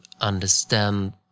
understand